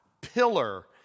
pillar